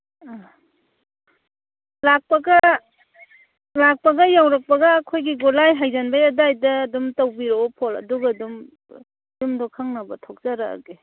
ꯑꯥ ꯂꯥꯛꯄꯒ ꯂꯥꯛꯄꯒ ꯌꯧꯔꯛꯄꯒ ꯑꯩꯈꯣꯏꯒꯤ ꯒꯣꯂꯥꯏ ꯍꯥꯏꯖꯟꯕꯩ ꯑꯗꯨꯋꯥꯏꯗ ꯑꯗꯨꯝ ꯇꯧꯕꯤꯔꯛꯑꯣ ꯐꯣꯜ ꯑꯗꯨꯒ ꯑꯗꯨꯝ ꯌꯨꯝꯗꯣ ꯈꯪꯅꯕ ꯊꯣꯛꯆꯔꯛꯑꯒꯦ